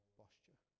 posture